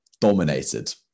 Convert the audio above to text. dominated